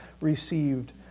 received